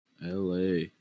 la